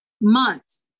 months